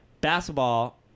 basketball